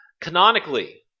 Canonically